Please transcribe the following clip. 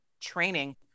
training